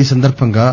ఈ సందర్బంగా